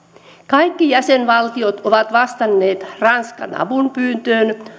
kaikki jäsenvaltiot ovat vastanneet ranskan avunpyyntöön